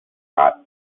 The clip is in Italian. hat